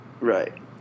Right